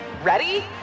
Ready